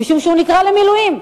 משום שהוא נקרא למילואים.